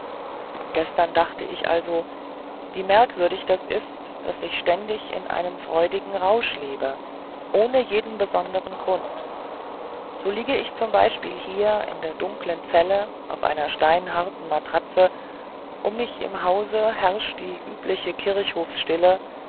gestern dachte ich also wie merkwürdig das ist daß ich ständig in einem freudigen rausch lebe ohne jeden besonderen grund so liege ich zum beispiel hier in der dunklen zelle auf einer steinharten matratze um mich im hause herrscht die übliche